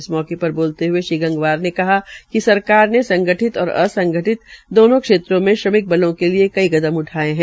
इस मौके पर बोलते हए श्री गंगवार ने कहा कि सरकार ने संगठित और असंगठित दोनों क्षेत्रों में श्रमिक बलों के लिए कई कदम उठाये है